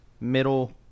middle